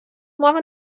мова